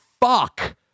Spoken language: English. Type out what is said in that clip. fuck